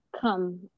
come